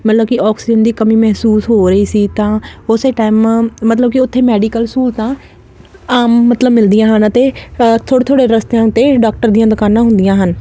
ਮਤਲਬ ਕਿ ਆਕਸੀਜਨ ਦੀ ਕਮੀ ਮਹਿਸੂਸ ਹੋ ਰਹੀ ਸੀ ਤਾਂ ਉਸੇ ਟਾਈਮ ਮਤਲਬ ਕਿ ਉੱਥੇ ਮੈਡੀਕਲ ਸਹੂਲਤਾਂ ਆਮ ਮਤਲਬ ਮਿਲਦੀਆਂ ਹਨ ਅਤੇ ਥੋੜ੍ਹੇ ਥੋੜ੍ਹੇ ਰਸਤਿਆਂ 'ਤੇ ਡਾਕਟਰ ਦੀਆਂ ਦੁਕਾਨਾਂ ਹੁੰਦੀਆਂ ਹਨ